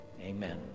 amen